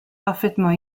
parfaitement